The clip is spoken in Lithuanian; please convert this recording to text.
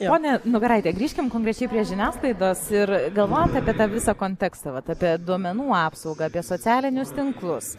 ponia nugaraite grįžkim konkrečiai prie žiniasklaidos ir galvojant apie tą visą kontekstą vat apie duomenų apsaugą apie socialinius tinklus